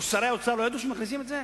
שרי האוצר לא ידעו שמכניסים את זה?